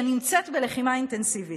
שנמצאת בלחימה אינטנסיבית.